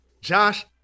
Josh